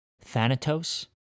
Thanatos